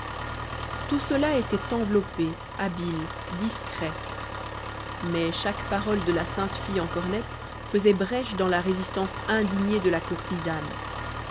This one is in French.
tout cela était enveloppé habile discret mais chaque parole de la sainte fille en cornette faisait brèche dans la résistance indignée de la courtisane